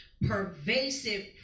pervasive